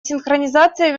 синхронизация